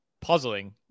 puzzling